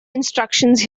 instructions